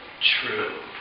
true